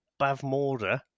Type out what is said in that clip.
bavmorda